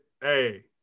hey